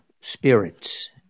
spirits